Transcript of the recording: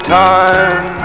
time